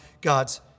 God's